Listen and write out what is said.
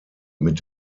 mit